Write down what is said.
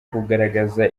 kugaragaza